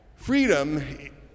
Freedom